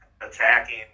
attacking